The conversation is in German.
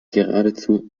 geradezu